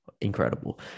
incredible